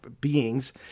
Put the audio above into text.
beings